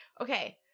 Okay